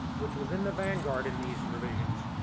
which was in the vanguard in these revisions,